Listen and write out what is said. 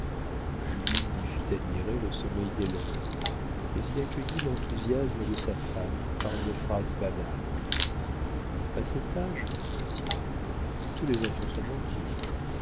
julie lui fit admirer le sommeil d'hélène mais il accueillit l'enthousiasme de sa femme par une phrase banale a cet âge dit-il tous les enfants sont gentils